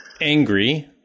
angry